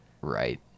right